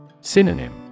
Synonym